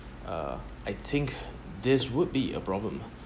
uh I think this would be a problem